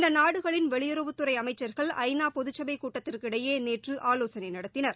இந்த நாடுகளின் வெளியுறவுத்துறை அமைச்சர்கள் ஐநா பொதுச் சபை கூட்டத்திற்கிடையே நேற்று ஆவோசனை நடத்தினர்